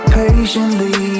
patiently